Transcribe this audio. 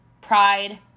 pride